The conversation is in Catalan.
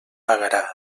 pagarà